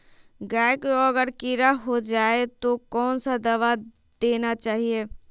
गाय को अगर कीड़ा हो जाय तो कौन सा दवा देना चाहिए?